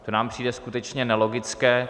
To nám přijde skutečně nelogické.